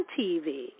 TV